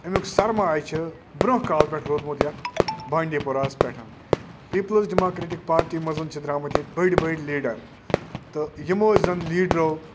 اَمیٛک سرمایہِ چھُ برٛونٛہہ کال پٮ۪ٹھ روٗدمُت یَتھ بانٛڈی پورہ ہَس پٮ۪ٹھ پیٖپلٕز ڈیٚموکریٹِک پارٹی منٛز چھِ درٛامٕتۍ ییٚتہِ بٔڑۍ بٔڑۍ لیٖڈَر تہٕ یِمو زَن لیٖڈرو